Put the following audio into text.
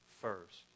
first